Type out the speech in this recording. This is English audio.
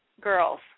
girls